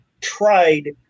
tried